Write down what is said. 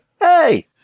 Hey